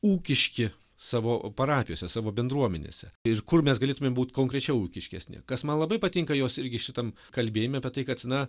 ūkiški savo parapijose savo bendruomenėse ir kur mes galėtumėm būt konkrečiau ūkiškesni kas man labai patinka jos irgi šitam kalbėjime apie tai kad na